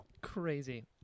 Crazy